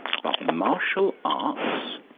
but martial arts?